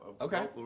Okay